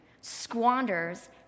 squanders